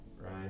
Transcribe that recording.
Right